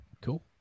Cool